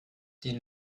den